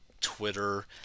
Twitter